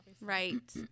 Right